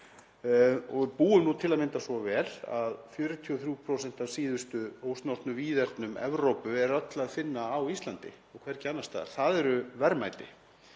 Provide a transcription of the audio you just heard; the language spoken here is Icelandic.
Við búum reyndar svo vel að 43% af síðustu ósnortnu víðernum Evrópu er öll að finna á Íslandi og hvergi annars staðar. Það eru verðmæti,